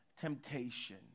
temptation